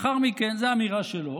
זאת אמירה שלו.